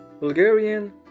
Bulgarian